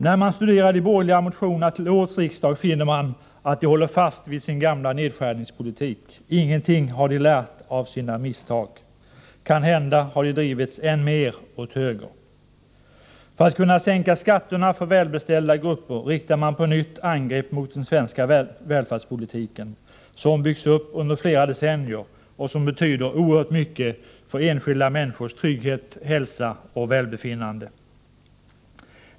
När man studerar de borgerliga motionerna till årets riksmöte finner man att de borgerliga håller fast vid sin gamla nedskärningspolitik. Ingenting har de lärt av sina misstag. Kanhända har de drivits än mer åt höger. För att kunna sänka skatterna för välbeställda grupper riktar man på nytt angrepp mot den svenska välfärdspolitiken, som byggts upp under flera decennier och som betyder oerhört mycket för enskilda människors trygghet, hälsa och välbefinnande.